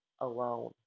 alone